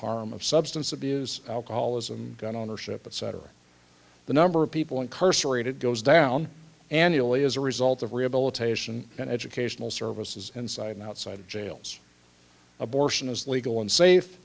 harm of substance abuse alcoholism gun ownership but cetera the number of people incarcerated goes down annually as a result of rehabilitation and educational services inside and outside jails abortion is legal and safe